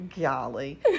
Golly